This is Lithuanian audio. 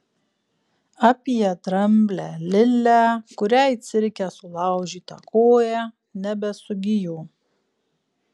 apie dramblę lilę kuriai cirke sulaužyta koja nebesugijo